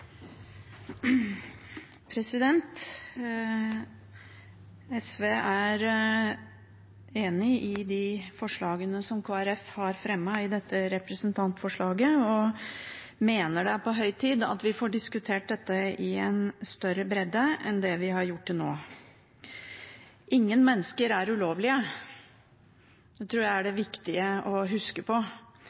SV er enig i de forslagene som Kristelig Folkeparti har fremmet i dette representantforslaget, og mener det er på høy tid at vi får diskutert dette i en større bredde enn det vi har gjort til nå. Ingen mennesker er ulovlige. Det tror jeg det er viktig å huske på.